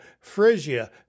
Phrygia